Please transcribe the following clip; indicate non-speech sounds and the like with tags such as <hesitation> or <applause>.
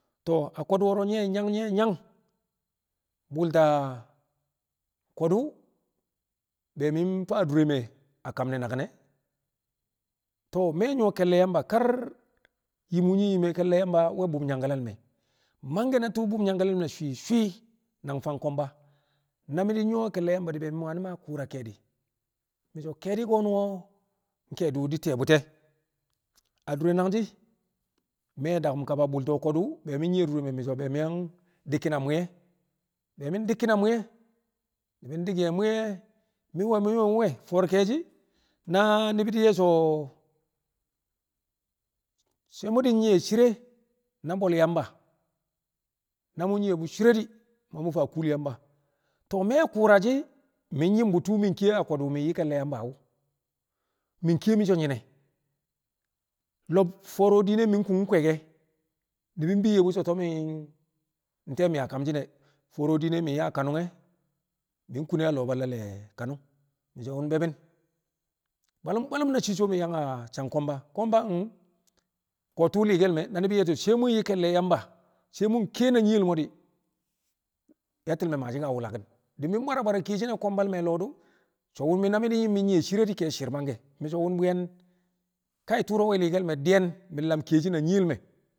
to̱o̱ a ko̱du̱ wo̱ro̱ nyi̱ yang nyi̱ yang bu̱lta ko̱du̱ be mi̱ faa dure me̱ a kam naki̱n ne̱ to̱o̱ me̱ nyu̱wo̱ ke̱lle̱ Yamba kar yim wu̱ nyi̱ yim e̱ ke̱lle̱ Yamba we̱ bu̱b nyangkale̱ le̱ me̱ mangke̱ na tu̱u̱ bu̱b nyangkale̱ le̱ me̱ swi̱swi̱ nang fang ko̱mba na mi̱ di̱ nyu̱wo̱ we̱ ke̱lle̱ Yamba di̱ be mi̱ wani̱ ma ku̱u̱ra ke̱e̱di̱ mi̱ so̱ ke̱e̱di̱ ko̱ ke̱e̱di̱ wu̱ di a ti̱ye̱ bu̱ti̱ e adure nangshi̱ me̱ daku̱m kaba bu̱lta ko̱du̱ be mi̱ nye̱ dure me̱ mi̱ so̱ mi̱ yang dikkin a mwi̱ye̱, be mi̱ dikkin a mwi̱ye̱ ni̱bị dik ye̱ mwɪye̱ mi̱ we̱ mi̱ we̱ mi̱ we̱ fo̱o̱r kẹe̱shi̱ na nbi nye sho she muudin nye shire na bol yamba na mun nye bu shire di ma muu fa kuul yamba <unintelligible> me kura shi min nyim bu tuu min ke a kodu wu min yii kel le yamba wu min ke mii sho nyine, lob foro diine min kung kwege nubu biye bu sho nte mi a kamshin e foro diine mi yaa a kanu e min kune a lobala le kanu mi sho wun bebin bwalum bwalum na chicho min yang a shang komba komba <hesitation> ko li kel me e na nibi ye sho she mun yi kel le yamba she mun ke na nyiyel mo dii yatti le me maa shi ka wula kin dii min bwara bwara ke shi na kombal me a lodu sho na min yiim min nye shire di ke shi shir manke mi sho wun bwen <unintelligible> turo we li kel me diyen min lam ke shi na nyiyel me.